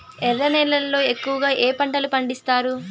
ఎర్ర నేలల్లో ఎక్కువగా ఏ పంటలు పండిస్తారు